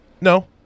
No